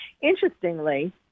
Interestingly